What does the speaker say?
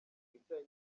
icyayi